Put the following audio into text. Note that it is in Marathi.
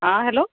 आं हॅलो